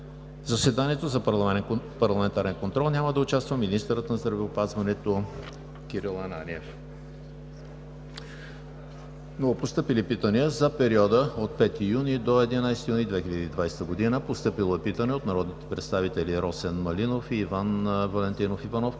заседанието за парламентарен контрол няма да участва министърът на здравеопазването Кирил Ананиев. Новопостъпили питания за периода от 5 юни до 11 юни 2020 г. от: - народните представители Росен Малинов и Иван Валентинов Иванов